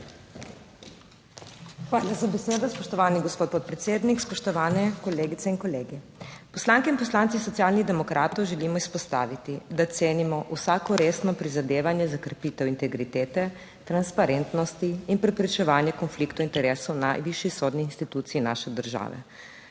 Hvala za besedo, spoštovani gospod podpredsednik. Spoštovane kolegice in kolegi. Poslanke in poslanci Socialnih demokratov želimo izpostaviti, da cenimo vsako resno prizadevanje za krepitev integritete, transparentnosti in preprečevanje konfliktov interesov najvišjih sodnih institucij naše države,